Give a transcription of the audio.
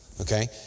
Okay